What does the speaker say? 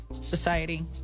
Society